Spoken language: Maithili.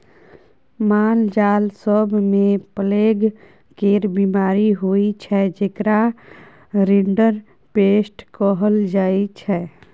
मालजाल सब मे प्लेग केर बीमारी होइ छै जेकरा रिंडरपेस्ट कहल जाइ छै